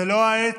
זה לא העת